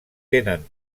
tenen